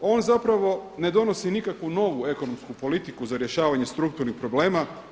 On zapravo ne donosi nikakvu novu ekonomsku politiku za rješavanje strukturnih problema.